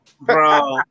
bro